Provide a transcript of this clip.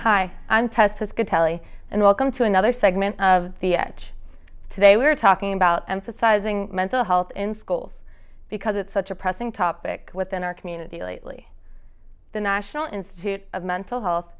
hi kelly and welcome to another segment of the at today we're talking about emphasizing mental health in schools because it's such a pressing topic within our community lately the national institute of mental health